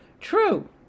true